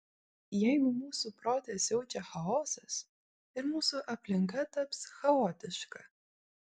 jeigu mūsų prote siaučia chaosas ir mūsų aplinka taps chaotiška